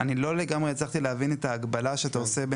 אני לא כל כך הצלחתי להבין את ההקבלה שאתה עושה בין